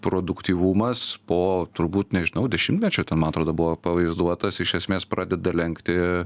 produktyvumas po turbūt nežinau dešimtmečio ten man atrodo buvo pavaizduotas iš esmės pradeda lenkti